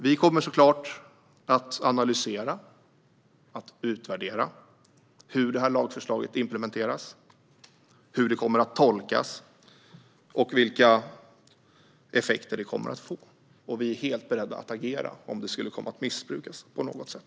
Vi kommer såklart att analysera och utvärdera hur detta lagförslag kommer att implementeras, hur det kommer att tolkas och vilka effekter det kommer att få. Vi är helt beredda att agera om det skulle komma att missbrukas på något sätt.